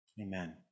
Amen